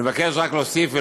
אני מבקש רק להוסיף ולומר,